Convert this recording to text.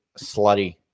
slutty